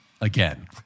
Again